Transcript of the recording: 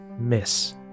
miss